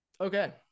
Okay